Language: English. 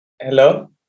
Hello